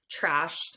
trashed